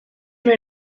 may